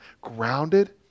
grounded